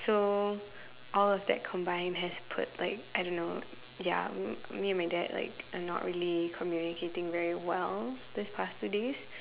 so all of that combined has put like I don't know ya me me and my dad like are not communicating very well these past two days